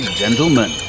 gentlemen